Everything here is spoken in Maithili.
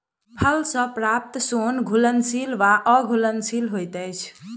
फल सॅ प्राप्त सोन घुलनशील वा अघुलनशील होइत अछि